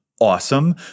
awesome